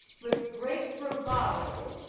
with great bravado,